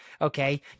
Okay